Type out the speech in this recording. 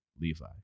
Levi